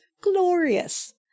glorious